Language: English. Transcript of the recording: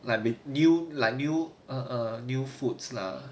like with knew like new uh uh new foods lah